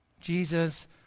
Jesus